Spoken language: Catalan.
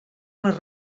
les